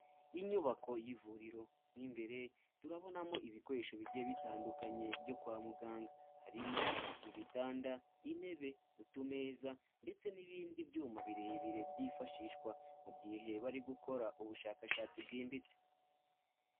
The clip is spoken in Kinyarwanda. Inyubako y'ivuriro. Mo imbere turabonamo ibikoresho bigiye bitandukanye byo kwa muganga. Harimo ibitanda, intebe, utumeza, ndetse n'ibindi byuma birebire byifashishwa mu gihe bari gukora ubushakashatsi bwimbitse.